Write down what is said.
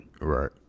Right